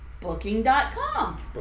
Booking.com